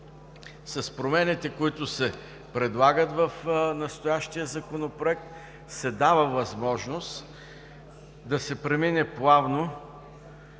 С промените, които се предлагат с настоящия Законопроект, се дава възможност да се премине плавно